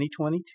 2022